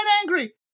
angry